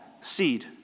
seed